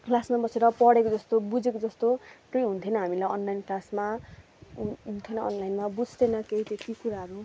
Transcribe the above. क्लासमा बसेर पढेको जस्तो बुझेको जस्तो चाहिँ हुन्थेन हामीलाई अनलाइन क्लासमा हु हुन्थेन अनलाइनमा बुझ्थेन केही त्यति कुराहरू